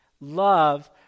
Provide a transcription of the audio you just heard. love